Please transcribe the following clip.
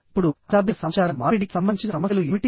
ఇప్పుడు అశాబ్దిక సమాచార మార్పిడికి సంబంధించిన సమస్యలు ఏమిటి